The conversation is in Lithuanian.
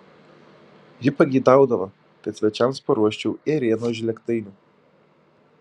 ji pageidavo kad svečiams paruoščiau ėrienos žlėgtainių